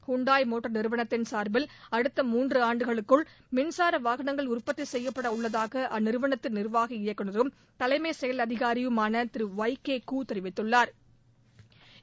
Hyundai motor நிறுவனத்தின் சார்பில் அடுத்த மூன்றாண்டுகளுக்குள் மின்சார வாகனங்கள் உற்பத்தி செய்யப்பட உள்ளதாக அந்நிறுவனத்தின் நிர்வாக இயக்குநரும் தலைமை செயல் அதிகாரியுமான ஒய் கே கூ தெரிவித்துள்ளா்